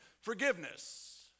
forgiveness